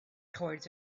towards